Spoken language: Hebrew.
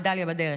המדליה בדרך.